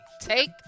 Take